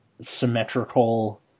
symmetrical